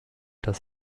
das